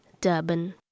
Durban